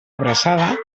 abraçada